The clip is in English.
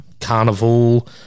Carnival